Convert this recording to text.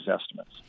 estimates